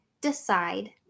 decide